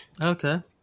okay